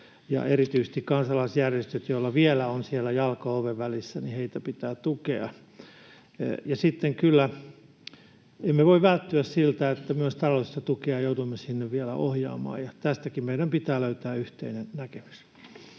Erityisesti kansalaisjärjestöjä, joilla vielä on siellä jalka oven välissä, pitää tukea. Sitten kyllä emme voi välttyä siltä, että myös taloudellista tukea joudumme sinne vielä ohjaamaan, ja tästäkin meidän pitää löytää yhteinen näkemys.